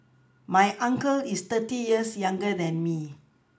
my uncle is thirty years younger than me